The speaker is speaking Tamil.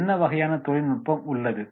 என்னவகையான தொழில்நுட்பம் உள்ளது